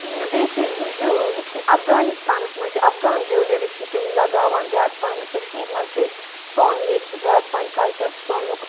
بیٚیہِ چھُ یِم یِتھکنۍ اَفغانِستانَس مَنٛز چھِ اَفغان جُولری چھِ تِم لَگاوان زیادٕ پَہنیٚتھ کٔشیٖز مَنٛز چھِ أسۍ سۄن ییٚتہِ چھ زیادٕ پَہَن کَلچَر سۄنُک